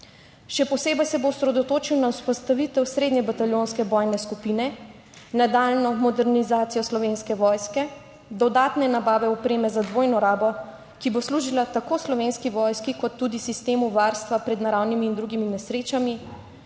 Še posebej se bo osredotočil na vzpostavitev srednje bataljonske bojne skupine, nadaljnjo modernizacijo Slovenske vojske, dodatne nabave opreme za dvojno rabo, ki bo služila tako Slovenski vojski kot tudi sistemu varstva pred naravnimi in drugimi nesrečami,